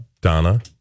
Donna